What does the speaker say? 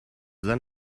then